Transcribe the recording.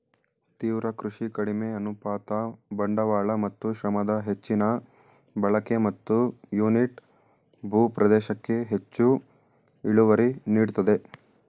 ತೀವ್ರ ಕೃಷಿ ಕಡಿಮೆ ಅನುಪಾತ ಬಂಡವಾಳ ಮತ್ತು ಶ್ರಮದ ಹೆಚ್ಚಿನ ಬಳಕೆ ಮತ್ತು ಯೂನಿಟ್ ಭೂ ಪ್ರದೇಶಕ್ಕೆ ಹೆಚ್ಚು ಇಳುವರಿ ನೀಡ್ತದೆ